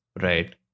right